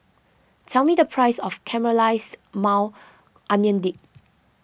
tell me the price of Caramelized Maui Onion Dip